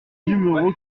numéro